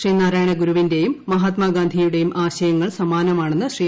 ശ്രീനാരായണഗുരുവിന്റെയും മഹാത്മാഗാന്ധിയുടെയും ആശയങ്ങൾ സമാനമാണെന്ന് ശ്രീ